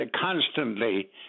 constantly